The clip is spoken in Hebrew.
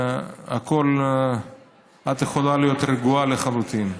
הכול, את יכולה להיות רגועה לחלוטין.